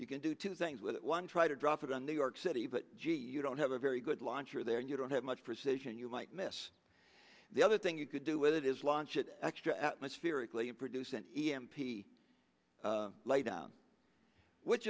you can do two things with it one try to drop it on the york city but gee you don't have a very good launcher there and you don't have much precision you might miss the other thing you could do with it is launch it extra atmospheric lead produce an e m p lay down which